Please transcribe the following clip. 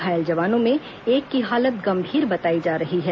घायल जवानों में एक ही हालत गंभीर बताई जा रही है